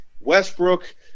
Westbrook